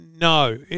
No